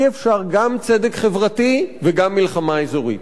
אי-אפשר גם צדק חברתי וגם מלחמה אזורית.